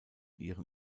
ihren